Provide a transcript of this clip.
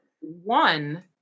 One